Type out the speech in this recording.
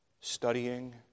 studying